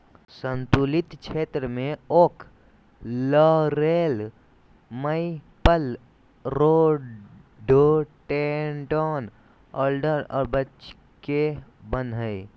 सन्तुलित क्षेत्र में oak, laurel, maple, rhododendron, alder और बर्च के वन हइ